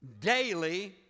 daily